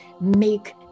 make